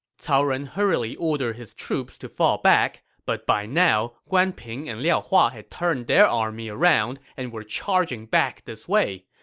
cao ren hurriedly ordered his troops to fall back, but by now, guan ping and liao hua had turned their army around and were charging back this way.